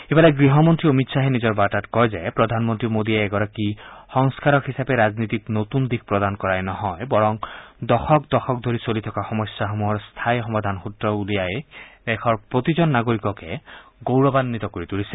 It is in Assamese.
ইফালে গৃহমন্ত্ৰী অমিত শ্বাহে নিজৰ বাৰ্তাত কয় যে প্ৰধানমন্ত্ৰী মোদীয়ে এগৰাকী সংস্কাৰক হিচাপে ৰাজনীতিক নতুন দিশ প্ৰদান কৰাই নহয় বৰঞ্চ দশক দশক ধৰি চলি থকা সমস্যাসমূহৰ স্থায়ী সমাধান সুত্ৰ উলিয়াই দেশৰ প্ৰতিজন নাগৰিককে গৌৰৱাঘিত কৰি ত্লিছে